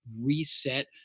reset